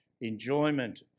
enjoyment